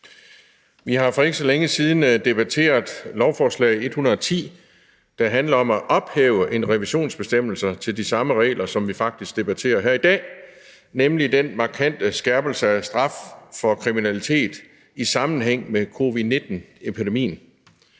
Vi har for ikke så længe siden debatteret lovforslag L 110, der handler om at ophæve en revisionsbestemmelse til de samme regler, som vi faktisk debatterer her i dag, nemlig den markante skærpelse af straffen for kriminalitet i sammenhæng med covid-19-epidemien.